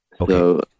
Okay